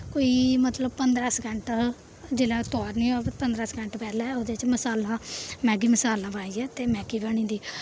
कोई मतलब पंदरां सकैंट जिल्लै ओह् तोआरनी होऐ कोई पंदरां सकैंट पैह्लें ओह्दे च मसाला मैग्गी मसाला पाइयै ते मैग्गी बनी जंदी